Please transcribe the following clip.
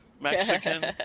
Mexican